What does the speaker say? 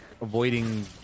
avoiding